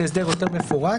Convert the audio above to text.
זה הסדר יותר מפורט.